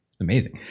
amazing